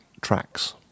tracks